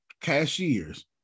cashiers